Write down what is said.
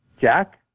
Jack